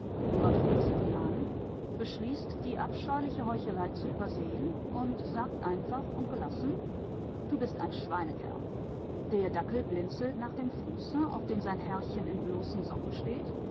sieht ihn an beschließt die abscheuliche heuchelei zu übersehen und sagt einfach und gelassen du bist ein schweinekerl der dackel blinzelt nach dem fuße auf dem sein herrchen in bloßen socken steht